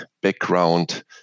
background